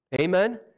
amen